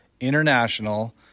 International